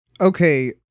okay